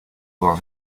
avoir